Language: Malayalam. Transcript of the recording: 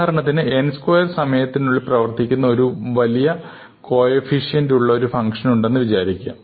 ഉദാഹരണത്തിന് n സ്ക്വയർ സമയത്തിൽ പ്രവർത്തിക്കുന്ന ഒരു വലിയ കോഎഫിഷ്യന്റ് ഉള്ള ഒരു ഫംഗ്ഷൻ ഉണ്ട് എന്ന് വിചാരിക്കുക